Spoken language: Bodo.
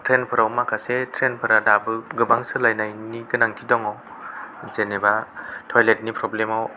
ट्रैन फोराव माखासे ट्रैन फोरा दाबो गोबां सोलायनायनि गोनांथि दङ जेनेबा टयलेत नि प्रब्लेमाव